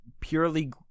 purely